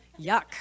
Yuck